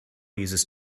uses